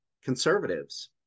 conservatives